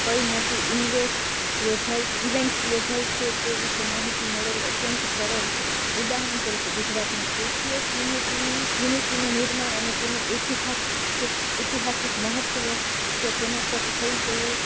કઈ મોટી ઇન્વેસ્ટ યોજાઇ ઇવેન્ટ્સ યોજાઇ છે તે વિષે માહિતી મેળવવી અત્યંત સરળ છે ઉદાહરણ તરીકે ગુજરાતમાં સ્ટેચ્યૂ ઓફ યુનિટીનું યુનિટીનું નિર્માણ અને તેનો ઈતિહાસ ઐતિહાસિક મહત્વ કે તેના પર થઈ ગએલ